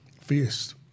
Fierce